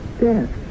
death